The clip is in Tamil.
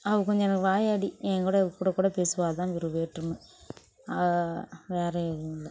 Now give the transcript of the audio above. அவள் கொஞ்சம் வாயாடி என் கூட கூட கூட பேசுவாள் அதான் ஒரு வேற்றுமை வேற எதுவும் இல்லை